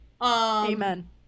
Amen